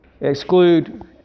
exclude